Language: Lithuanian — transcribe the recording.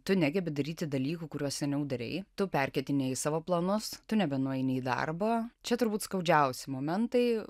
tu negebi daryti dalykų kuriuos seniau darei tu perkeitinėji savo planus tu nebenueini į darbą čia turbūt skaudžiausi momentai